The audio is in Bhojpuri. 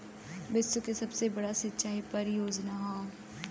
विश्व के सबसे बड़ा सिंचाई परियोजना हौ